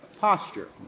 posture